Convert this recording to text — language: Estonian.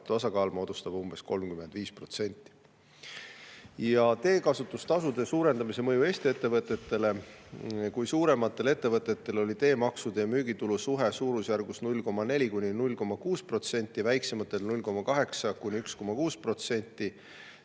osakaal moodustab umbes 35%. Teekasutustasude suurendamise mõju Eesti ettevõtetele [on selline]. Kui suurematel ettevõtetel oli teemaksude ja müügitulu suhe suurusjärgus 0,4–0,6%, väiksematel 0,8–1,6%,